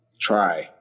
try